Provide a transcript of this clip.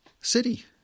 City